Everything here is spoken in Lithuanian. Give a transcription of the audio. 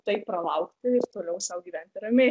tai pralaukti ir toliau sau gyventi ramiai